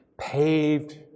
Paved